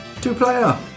Two-player